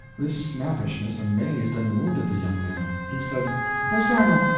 this snappishness amazed and wounded the young man. he said rosannah,